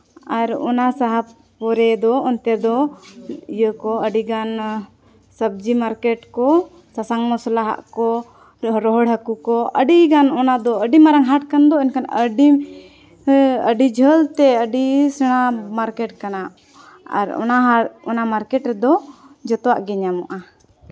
ᱟᱨ ᱥᱟᱦᱟ ᱯᱚᱨᱮ ᱫᱚ ᱚᱱᱛᱮ ᱫᱚ ᱤᱭᱟᱹ ᱠᱚ ᱟᱹᱰᱤᱜᱟᱱ ᱥᱚᱵᱽᱡᱤ ᱢᱟᱨᱠᱮᱴ ᱠᱚ ᱥᱟᱥᱟᱝ ᱢᱚᱥᱞᱟ ᱟᱜ ᱠᱚ ᱨᱚᱦᱚᱲ ᱨᱚᱦᱚᱲ ᱦᱟᱹᱠᱩ ᱠᱚ ᱟᱹᱰᱤᱜᱟᱱ ᱚᱱᱟᱫᱚ ᱟᱹᱰᱤ ᱢᱟᱨᱟᱝ ᱦᱟᱴ ᱠᱟᱱ ᱫᱚ ᱮᱱᱠᱷᱟᱱ ᱟᱹᱰᱤ ᱟᱹᱰᱤ ᱡᱷᱟᱹᱞ ᱛᱮ ᱟᱹᱰᱤ ᱥᱮᱬᱟ ᱢᱟᱨᱠᱮᱴ ᱠᱟᱱᱟ ᱟᱨ ᱚᱱᱟ ᱦᱟᱴ ᱚᱱᱟ ᱢᱟᱨᱠᱮᱴ ᱨᱮᱫᱚ ᱡᱚᱛᱚᱣᱟᱜ ᱜᱮ ᱧᱟᱢᱚᱜᱼᱟ